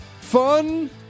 fun